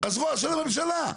הזרוע של הממשלה.